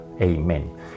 Amen